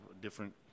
different